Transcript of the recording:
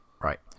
Right